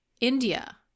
India